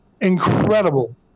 Incredible